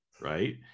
right